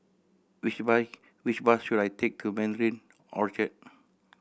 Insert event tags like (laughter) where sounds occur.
which (unintelligible) which bus should I take to Mandarin Orchard